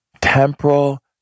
Temporal